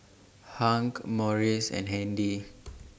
Hank Maurice and Handy